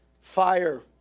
fire